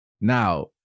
Now